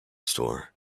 store